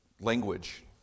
language